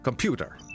Computer